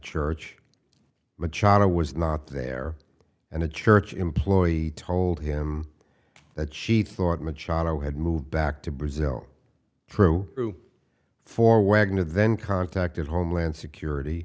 church machado was not there and the church employee told him that she thought machado had moved back to brazil through for wagner then contacted homeland security